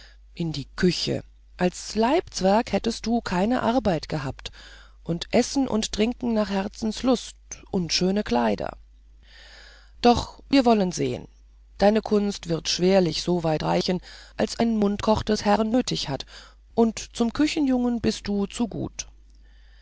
in die küche als leibzwerg hättest du keine arbeit gehabt und essen und trinken nach herzenslust und schöne kleider doch wir wollen sehen deine kunst wird schwerlich so weit reichen als ein mundkoch des herren nötig hat und zum küchenjungen bist du zu gut